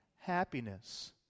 happiness